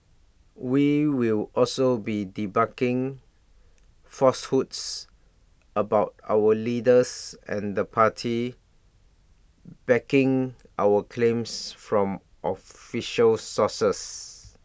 we will also be debunking falsehoods about our leaders and the party backing our claims from official sources